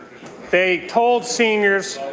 they told seen yores,